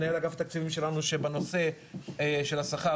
מנהל אגף תקציבים שלנו שבנושא של השכר,